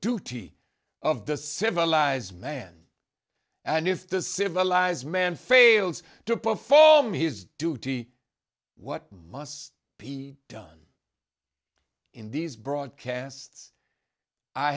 duty of the civilized man and if the civilized man fails to perform his duty what must be done in these broadcasts i